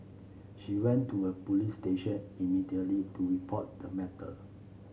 she went to a police station immediately to report the matter